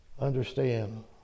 understand